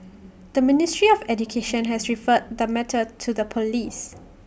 the ministry of education has referred the matter to the Police